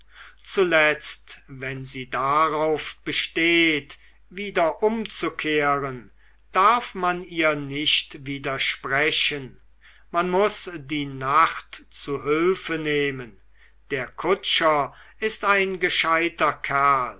zuletzt wenn sie drauf besteht wieder umzukehren darf man ihr nicht widersprechen man muß die nacht zu hülfe nehmen der kutscher ist ein gescheiter kerl